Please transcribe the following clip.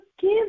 give